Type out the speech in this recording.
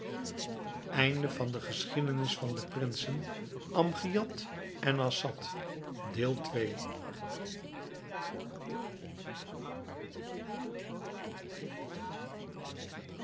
de geschiedenis van de prinsen amgiad en assad